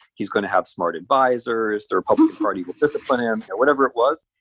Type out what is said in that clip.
he's going to have smart advisors. the republican party will discipline him. whatever it was,